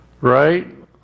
Right